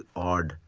odd.